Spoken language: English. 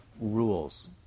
rules